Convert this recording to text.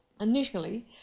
initially